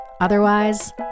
Otherwise